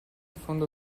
fondo